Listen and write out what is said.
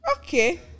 okay